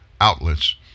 outlets